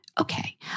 Okay